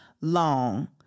long